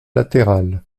latérales